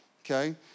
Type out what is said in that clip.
okay